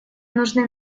нужны